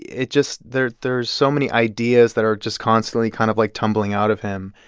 it just there's there's so many ideas that are just constantly kind of, like, tumbling out of him.